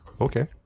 Okay